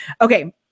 Okay